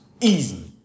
easy